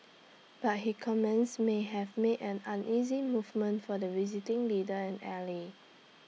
but his comments may have made an uneasy movement for the visiting leader and ally